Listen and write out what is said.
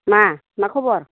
मा मा खबर